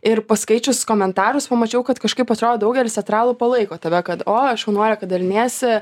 ir paskaičius komentarus pamačiau kad kažkaip atrodo daugelis teatralų palaiko tave kad o šaunuolė kad daliniesi